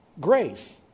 grace